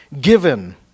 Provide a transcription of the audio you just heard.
given